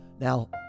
Now